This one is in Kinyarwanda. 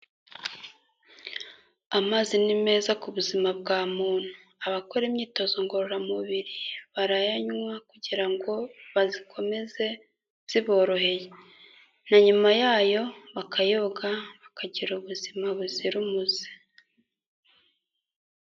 Amazi ni meza ku buzima bwa muntu, abakora imyitozo ngororamubiri barayanywa kugira ngo bazikomeze ziboroheye, na nyuma yayo bakayoga bakagira ubuzima buzira umuze.